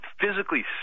physically